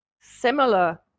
similar